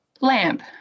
Lamp